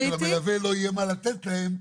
רק שלמלווה לא יהיה מה לתת להם,